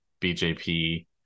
BJP